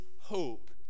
hope